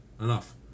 Enough